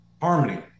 harmony